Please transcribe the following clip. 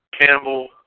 Campbell